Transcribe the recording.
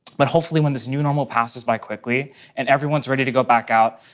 but hopefully, when this new normal passes by quickly and everyone's ready to go back out,